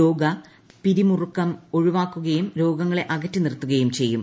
യോഗ പിരിമുറുക്കം ഒഴിവാക്കുകയും രോഗങ്ങളെ അകറ്റി നിർത്തുകയും ചെയ്യും